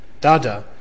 dada